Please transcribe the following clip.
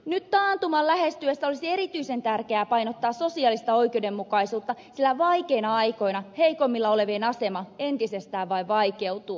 nyt taantuman lähestyessä olisi erityisen tärkeää painottaa sosiaalista oikeudenmukaisuutta sillä vaikeina aikoina heikoimmilla olevien asema vain entisestään vaikeutuu